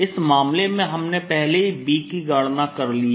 इस मामले में हमने पहले ही B की गणना कर ली है